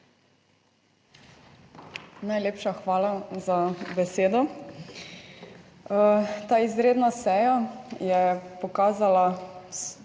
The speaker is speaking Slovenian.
Najlepša hvala za besedo. Ta izredna seja je pokazala